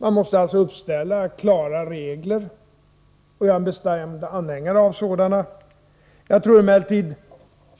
Man måste uppställa klara regler — jag är en bestämd anhängare av sådana. Jag tror emellertid